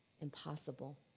impossible